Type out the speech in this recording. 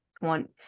one